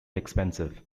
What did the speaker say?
expensive